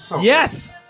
Yes